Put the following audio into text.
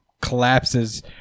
collapses